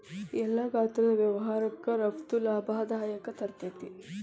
ಎಲ್ಲಾ ಗಾತ್ರದ್ ವ್ಯವಹಾರಕ್ಕ ರಫ್ತು ಲಾಭದಾಯಕವಾಗಿರ್ತೇತಿ